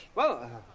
well,